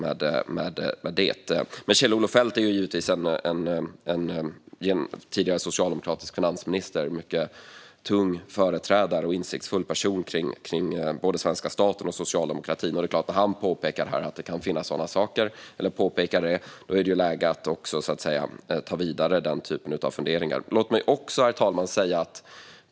Kjell-Olof Feldt är ju en tidigare socialdemokratisk finansminister och en tung företrädare med stor insikt i både svenska staten och socialdemokratin, och när han påpekar sådant här är det läge att ta den typen av funderingar vidare. Herr talman!